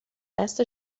دست